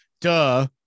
Duh